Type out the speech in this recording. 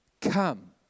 come